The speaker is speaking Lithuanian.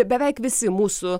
beveik visi mūsų